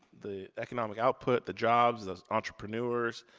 the economic output, the jobs, the entrepreneurs.